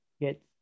get